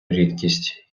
рідкість